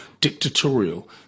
dictatorial